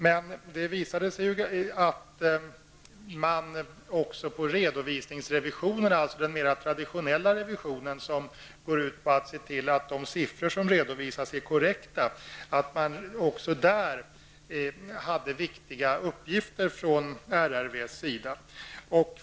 Men jag blev snart varse att RRV också hade viktiga uppgifter också på den traditionella redovisningsrevisionens område, som går ut på att se till att de siffror som redovisas är korrekta.